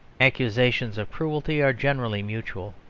accusations of cruelty are generally mutual.